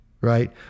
Right